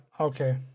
okay